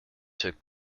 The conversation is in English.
took